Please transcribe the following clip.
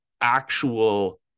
actual